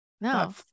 No